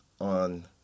on